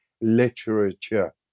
literature